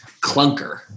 clunker